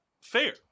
fair